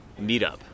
meetup